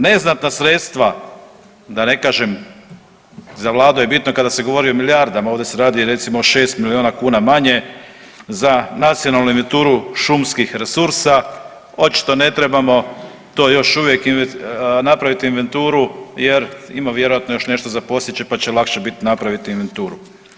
Neznatna sredstva da ne kažem za vladu je bitno kada se govori o milijardama, ovdje se radi recimo o 6 milijuna kuna manje za nacionalnu inventuru šumskih resursa, očito ne trebamo to još uvijek napravit inventuru jer ima vjerojatno još nešto za posjeći, pa će lakše bit napraviti inventuru.